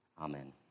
Amen